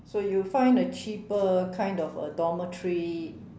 so you find a cheaper kind of a dormitory